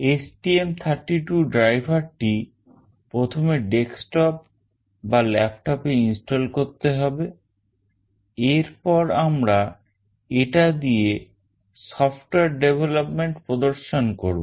STM32 driver টি প্রথমে desktop বা laptopএ install করতে হবে এরপর আমরা এটা দিয়ে software development প্রদর্শন করব